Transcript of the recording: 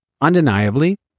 Undeniably